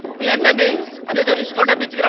the and and and the rishikonda beach. you know